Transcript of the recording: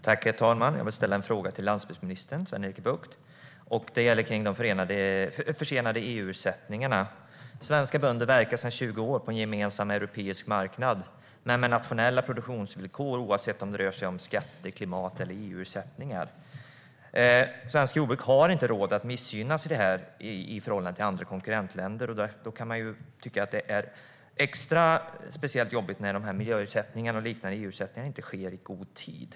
Herr talman! Jag ställer min fråga till landsbygdsminister Sven-Erik Bucht. Det gäller de försenade EU-ersättningarna. Svenska bönder verkar sedan 20 år på en gemensam europeisk marknad men med nationella produktionsvillkor, oavsett om det rör sig om skatter, klimat eller EU-ersättningar. Svenskt jordbruk har inte råd att missgynnas i detta i förhållande till sina konkurrentländer. Då är det speciellt jobbigt när miljöersättningar och liknande EU-ersättningar inte utbetalas i god tid.